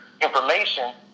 information